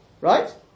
right